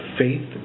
faith